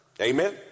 Amen